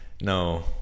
No